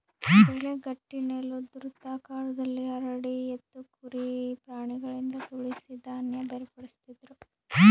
ಬೆಳೆ ಗಟ್ಟಿನೆಲುದ್ ವೃತ್ತಾಕಾರದಲ್ಲಿ ಹರಡಿ ಎತ್ತು ಕುರಿ ಪ್ರಾಣಿಗಳಿಂದ ತುಳಿಸಿ ಧಾನ್ಯ ಬೇರ್ಪಡಿಸ್ತಿದ್ರು